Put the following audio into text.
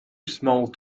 small